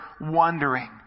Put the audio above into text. wondering